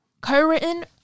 co-written